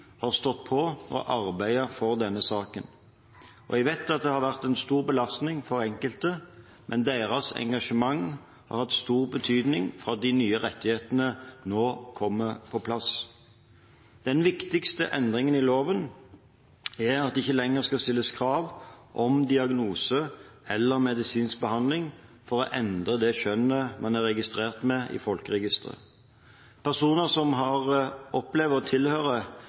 har stått på og arbeidet for denne saken. Jeg vet at det har vært en stor belastning for enkelte, men deres engasjement har hatt stor betydning for at de nye rettighetene nå kommer på plass. Den viktigste endringen i loven er at det ikke lenger skal stilles krav om diagnose eller medisinsk behandling for å endre det kjønnet man er registrert med i folkeregisteret. Personer som opplever å tilhøre